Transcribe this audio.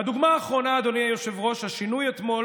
והדוגמה האחרונה, אדוני היושב-ראש, השינוי אתמול